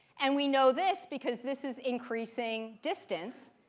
and we know this because this is increasing distance.